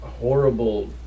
horrible